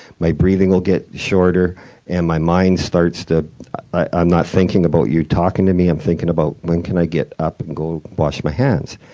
my breathing will get shorter and my mind starts to i'm not thinking about you talking to me. i'm thinking about, when can i get up and go wash my hands?